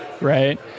right